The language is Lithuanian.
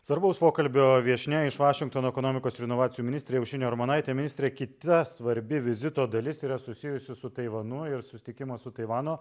svarbaus pokalbio viešnia iš vašingtono ekonomikos ir inovacijų ministrė aušrinė armonaitė ministre kita svarbi vizito dalis yra susijusi su taivanu ir susitikimo su taivano